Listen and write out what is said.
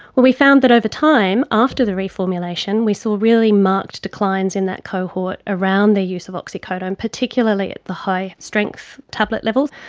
well, we found that over time, after the reformulation we saw really marked declines in that cohort around the use of oxycodone, particularly at the high strength tablet levels,